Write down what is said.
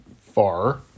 Far